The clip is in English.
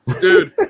Dude